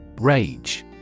Rage